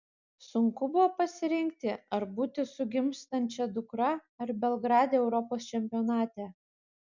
sunku buvo pasirinkti ar būti su gimstančia dukra ar belgrade europos čempionate